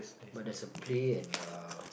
but there's a play and a